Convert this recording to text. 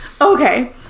okay